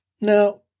Now